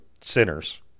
sinners